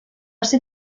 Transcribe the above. ser